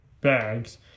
Bags